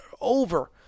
over